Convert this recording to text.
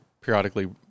periodically